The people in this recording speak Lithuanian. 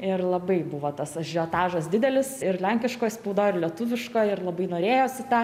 ir labai buvo tas ažiotažas didelis ir lenkiškoj spaudoj ir lietuviškoj ir labai norėjosi tą